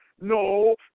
No